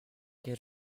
get